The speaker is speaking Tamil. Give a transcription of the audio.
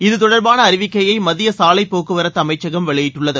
இதுதொடர்பான அறிவிக்கையை மத்திய சாலைப்போக்குவரத்து அமைச்சகம் வெளியிட்டுள்ளது